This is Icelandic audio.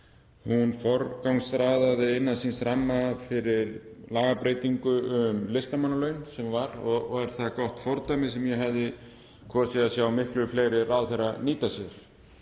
hún forgangsraðaði innan síns ramma fyrir lagabreytingu um listamannalaun. Það er gott fordæmi sem ég hefði kosið að sjá miklu fleiri ráðherra nýta sér.